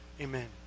Amen